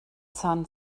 sun